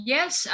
Yes